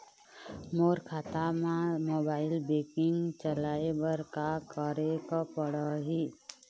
मोर खाता मा mobile banking चलाए बर का करेक पड़ही?